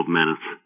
minutes